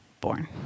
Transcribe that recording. born